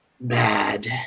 bad